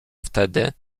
wtedy